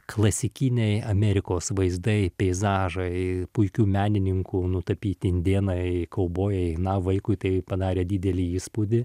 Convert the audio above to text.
klasikiniai amerikos vaizdai peizažai puikių menininkų nutapyti indėnai kaubojai na vaikui tai padarė didelį įspūdį